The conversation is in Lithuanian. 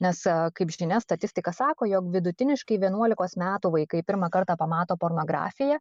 nes kaip žinia statistika sako jog vidutiniškai vienuolikos metų vaikai pirmą kartą pamato pornografiją